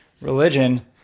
religion